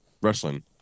wrestling